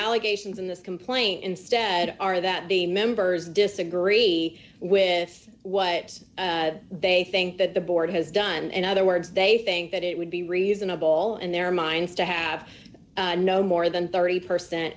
allegations in this complaint instead are that the members disagree with what they think that the board has done in other words they think that it would be reasonable d and their minds to have no more than thirty percent